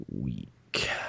week